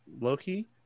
Loki